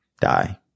die